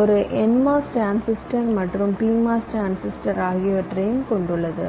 ஒரு NMOS transistor மற்றும் PMOS transistor ஆகியவற்றைக் கொண்டுள்ளது